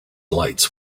lights